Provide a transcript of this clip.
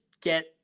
get